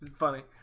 funny